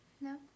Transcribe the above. No